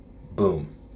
Boom